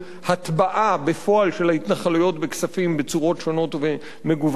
הטבעה בפועל של ההתנחלויות בכספים בצורות שונות ומגוונות.